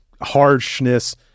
harshness